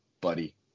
buddy